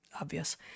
obvious